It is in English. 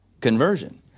conversion